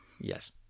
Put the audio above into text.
Yes